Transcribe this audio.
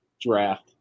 draft